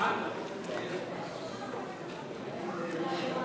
מרצ להביע אי-אמון בממשלה לא נתקבלה.